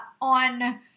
on